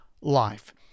life